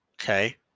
Okay